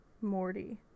Morty